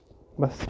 بَس